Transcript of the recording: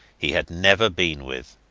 he had never been with.